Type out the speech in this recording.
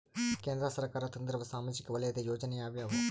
ಕೇಂದ್ರ ಸರ್ಕಾರ ತಂದಿರುವ ಸಾಮಾಜಿಕ ವಲಯದ ಯೋಜನೆ ಯಾವ್ಯಾವು?